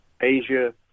Asia